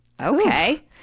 okay